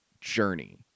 journey